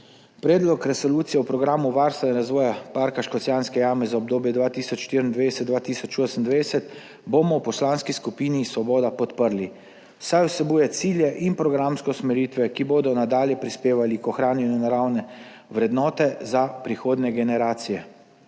Predlog Resolucije o Programu varstva in razvoja Parka Škocjanske jame za obdobje 2024–2028 bomo v Poslanski skupini Svoboda podprli, saj vsebuje cilje in programske usmeritve, ki bodo nadalje prispevali k ohranjanju naravne vrednote za prihodnje generacije.